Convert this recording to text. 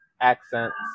accents